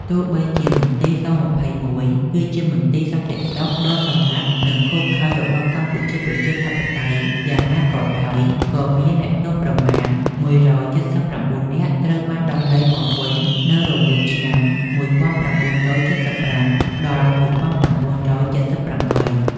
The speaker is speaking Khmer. ទោះបីជាមន្ទីរ ស-២១ គឺជាមន្ទីរសន្តិសុខដ៏សម្ងាត់ និងឃោរឃៅ របស់កម្ពុជាប្រជាធិបតេយ្យ យ៉ាងណាក៏ដោយ ក៏មានអ្នកទោសប្រមាណ១៧៩ នាក់ត្រូវបានដោះលែងមកវិញនៅរវាងឆ្នាំ១៩៧៥ដល់១៩៧៨។